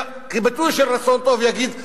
שכביטוי של רצון טוב יגידו: